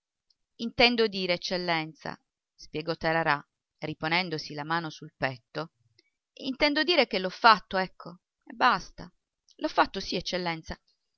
intendo dire eccellenza spiegò tararà riponendosi la mano sul petto intendo dire che l'ho fatto ecco e basta l'ho fatto sì eccellenza